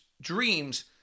dreams